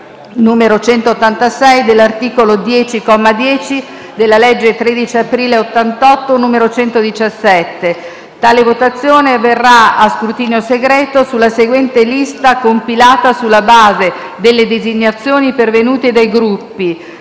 n. 186, e dell'articolo 10, comma 10, della legge 13 aprile 1988, n. 117. Tale votazione avverrà a scrutinio segreto sulla seguente lista compilata sulla base delle designazioni pervenute dai Gruppi: